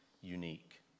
unique